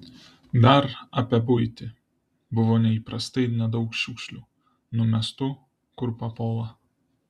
dar apie buitį buvo neįprastai nedaug šiukšlių numestų kur papuola